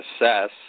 assess